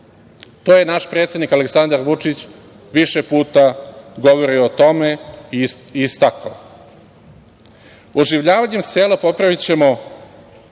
grad. Naš predsednik Aleksandar Vučić je više puta govorio o tome i istakao – oživljavanjem sela popravićemo